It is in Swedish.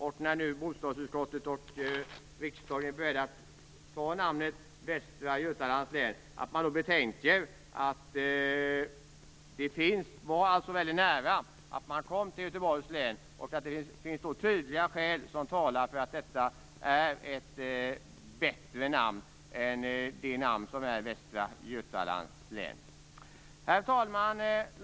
Och när bostadsutskottet och riksdagen nu är på väg att anta namnet Västra Götalands län är det viktigt att man betänker att det var väldigt nära att det blev Göteborgs län. Det finns alltså tydliga skäl som talar för att det är ett bättre namn än Västra Götalands län. Fru talman!